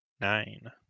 Nine